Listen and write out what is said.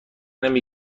نمی